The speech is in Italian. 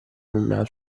una